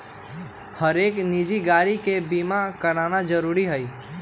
हरेक निजी गाड़ी के बीमा कराना जरूरी हई